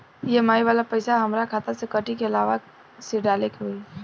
EMI वाला पैसा हाम्रा खाता से कटी की अलावा से डाले के होई?